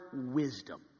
wisdom